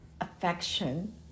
Affection